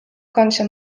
kącie